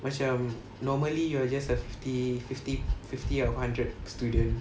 macam normally you are just a fifty fifty fifty out of hundred student